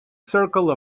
circle